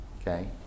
okay